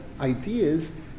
ideas